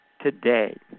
today